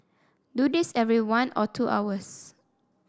do this every one or two hours